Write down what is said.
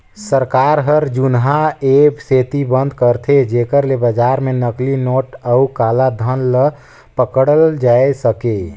सरकार जुनहा ए सेती बंद करथे जेकर ले बजार में नकली नोट अउ काला धन ल पकड़ल जाए सके